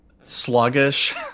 sluggish